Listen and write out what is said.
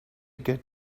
get